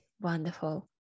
Wonderful